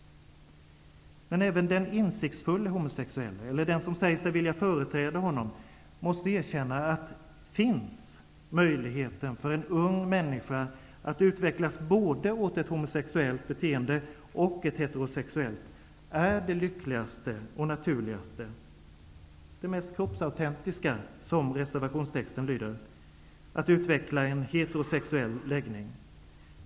Men även den insiktsfulle homosexuelle, eller den som säger sig vilja företräda honom, måste erkänna att finns möjligheten för en ung människa att utvecklas både åt ett homosexuellt beteende och åt ett heterosexuellt är det lyckligaste och naturligaste -- det mest kroppsautentiska, som reservationstexten lyder -- att utveckla en heterosexuell läggning.